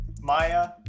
Maya